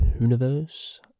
universe